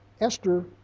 Esther